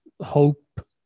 hope